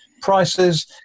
prices